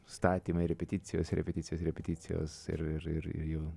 statymai repeticijos repeticijos repeticijos ir ir jau